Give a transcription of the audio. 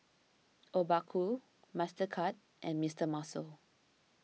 Obaku Mastercard and Mister Muscle